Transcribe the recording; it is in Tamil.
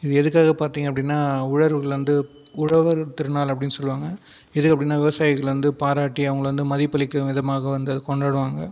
இது எதுக்காக பார்த்தீங்க அப்படின்னா வந்து உழவர் திருநாள் அப்படின்னு சொல்வாங்க எதுக்கு அப்படினா விவசாயிகளை வந்து பாராட்டி அவங்களை வந்து மதிப்பு அளிக்கும் விதமாக வந்து கொண்டாடுவாங்க